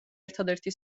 ერთადერთი